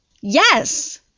Yes